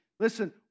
Listen